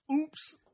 Oops